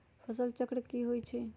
फसल चक्र की होइ छई?